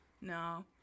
no